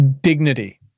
dignity